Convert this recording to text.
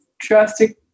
drastic